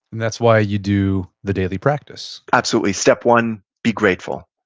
and that's why you do the daily practice absolutely. step one, be grateful,